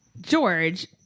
George